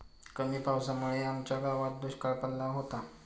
कमी पावसामुळे आमच्या गावात दुष्काळ पडला होता